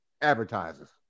advertisers